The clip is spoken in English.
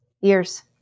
years